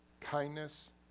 kindness